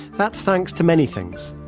that's thanks to many things,